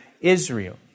Israel